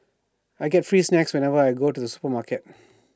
I get free snacks whenever I go to the supermarket